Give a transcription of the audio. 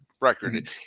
record